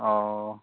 অঁ